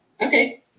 Okay